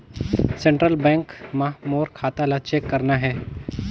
Central bank मां मोर खाता ला चेक करना हे?